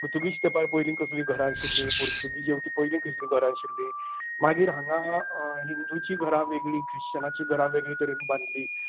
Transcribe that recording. Portuguese टायमार पयलीं कसली घरां आशिल्लीं पुर्तूगीज येवचें पयली कसली घरां आशिल्लीं मागीर हांगा हिंदूंची घरां वेगळी क्रिस्चनांची घरां वेगळे तरेन बांदली